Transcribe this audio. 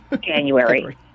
January